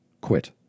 quit